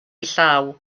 llaw